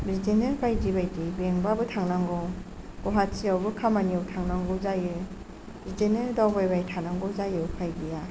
बिदिनो बायदि बायदि मेंबाबो थांनांगौ गुवाहाटि यावबो खामानियाव थांनांगौ जायो बिदिनो दावबायबाय थानांगौ जायो उफाय गैया